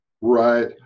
Right